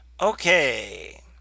Okay